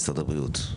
משרד הבריאות.